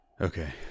Okay